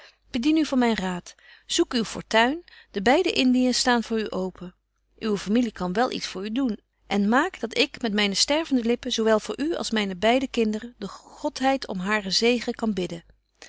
bedien u van myn raad zoek uw fortuin de beide indiën staan voor u open uwe familie kan wel iets voor u doen en maak dat ik met myne stervende lippen zo wel voor u als myne beide kinderen de godheid om haren zegen kan bidden